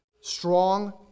strong